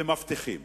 ומבטיחים.